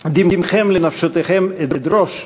דמכם לנפשתיכם אדרש",